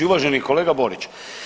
Uvaženi kolega Borić.